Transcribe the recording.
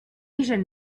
asian